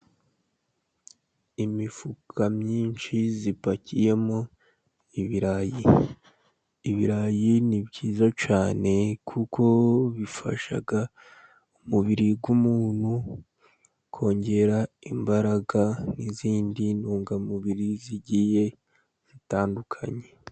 Imifuka myinshi ipakiyemo ibirayi, ibirayi ni byiza cyane kuko bifasha umubiri w'umuntu kongera imbaraga n'izindi ntungamubiri zigiye zitandukanye.